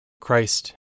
Christ